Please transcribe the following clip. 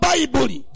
Bible